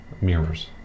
Mirrors